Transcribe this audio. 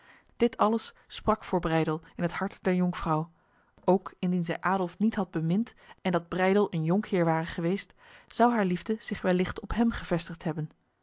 dit alles sprak voor breydel in het hart der jonkvrouw ook indien zij adolf niet had bemind en dat breydel een jonkheer ware geweest zou haar liefde zich wellicht op hem gevestigd hebben